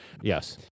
Yes